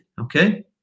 okay